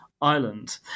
Ireland